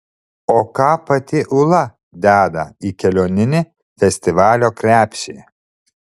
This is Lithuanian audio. o ką pati ūla deda į kelioninį festivalio krepšį